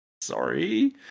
sorry